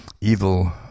Evil